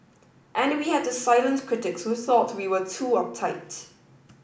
and we had to silence critics who thought we were too uptight